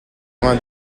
vingt